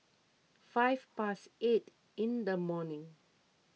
five past eight in the morning